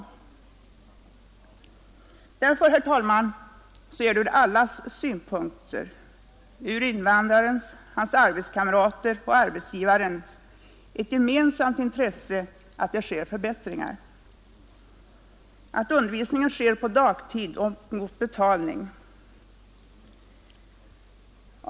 Det är alltså, herr talman, ett gemensamt intresse för alla — invandraren, hans arbetskamrater och arbetsgivare — att det sker förbättringar, att undervisningen lämnas på dagtid och med bibehållen lön.